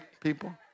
people